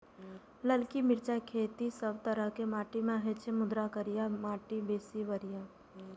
ललकी मिरचाइक खेती सब तरहक माटि मे होइ छै, मुदा करिया माटि बेसी बढ़िया